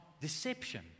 deception